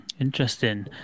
Interesting